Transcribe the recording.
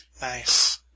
Nice